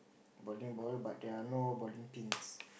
bowling ball but there are no bowling pins